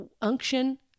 unction